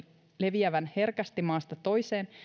leviävän herkästi maasta toiseen